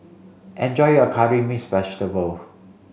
enjoy your curry mixed vegetable